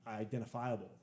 identifiable